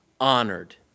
honored